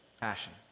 passion